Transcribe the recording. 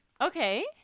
Okay